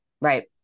right